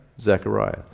Zechariah